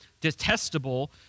detestable